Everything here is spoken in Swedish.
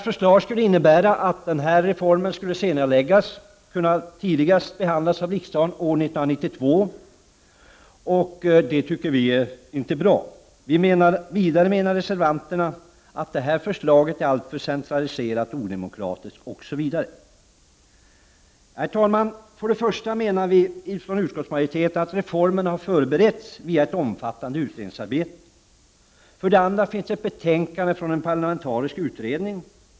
Förslagen skulle innebära att reformen måste senareläggas och kan beslutas av riksdagen tidigast år 1992. Det är inte bra. Vidare menar Teservanterna att förslaget är alltför centraliserat och odemokratiskt. Herr talman! För det första menar vi från utskottsmajoritetens sida att reformen har förberetts via ett omfattande utredningsarbete. För det andra finns det ett betänkande från en parlamentarisk utredning.